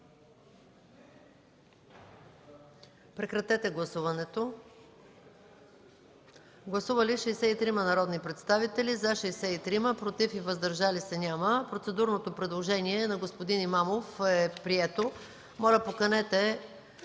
Министерският съвет. Гласували 63 народни представители: за 63, против и въздържали се няма. Процедурното предложение на господин Имамов е прието. Моля, поканете